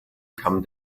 come